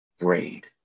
grade